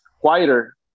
quieter